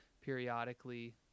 periodically